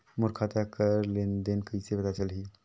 मोर खाता कर लेन देन कइसे पता चलही?